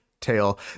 tail